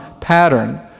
pattern